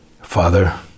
Father